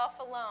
alone